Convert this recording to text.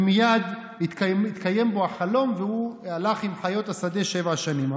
ומייד התקיים בו החלום והוא הלך עם חיות השדה שבע שנים,